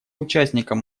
участником